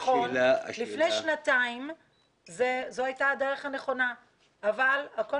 לפני שנתיים זו הייתה הדרך הנכונה אבל הכול